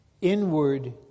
inward